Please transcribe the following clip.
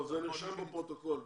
זה נרשם בפרוטוקול.